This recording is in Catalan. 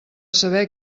saber